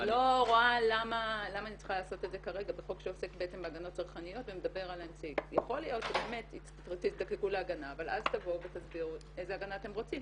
לאפשר לנותני שירותי תשלום לבצע אותם דרך המוטב.